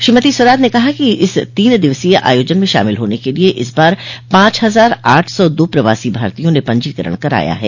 श्रीमती स्वराज ने कहा कि इस तीन दिवसीय आयोजन में शामिल होने के लिये इस बार पांच हजार आठ सौ दो प्रवासी भारतीयों ने पंजीकरण कराया है